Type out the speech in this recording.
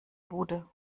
bude